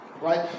right